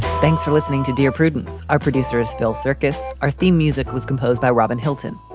thanks for listening to dear prudence. our producer is phil circus. our theme music was composed by robin hilton.